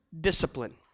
discipline